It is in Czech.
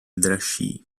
dražší